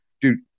Dude